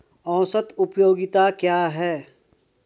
औसत उपयोगिता क्या है?